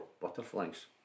butterflies